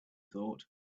thought